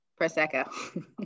prosecco